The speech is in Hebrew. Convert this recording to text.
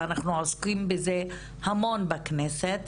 ואנחנו עוסקים בזה המון בכנסת,